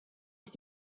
ist